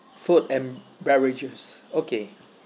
food and beverages okay